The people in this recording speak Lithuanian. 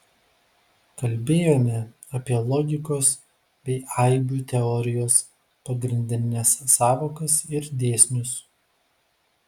kalbėjome apie logikos bei aibių teorijos pagrindines sąvokas ir dėsnius